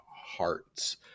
hearts